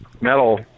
metal